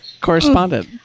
Correspondent